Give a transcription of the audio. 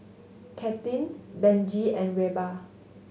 Kathlene Benji and Reba